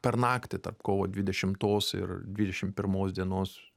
per naktį tarp kovo dvidešimtos ir dvidešimt pirmos dienos